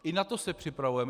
I na to se připravujeme.